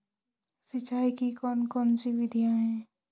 सिंचाई की कौन कौन सी विधियां हैं?